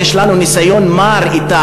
יש לנו ניסיון מר אתה,